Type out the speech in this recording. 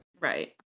Right